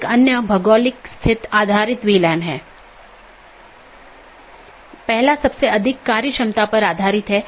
एक अन्य अवधारणा है जिसे BGP कंफेडेरशन कहा जाता है